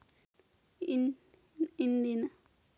ಇಂದಿನ ದಿನಮಾನದಾಗ ಯಾವ ಕಮತದ ಪದ್ಧತಿ ಮಾಡುದ ಲಾಭ?